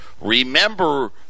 remember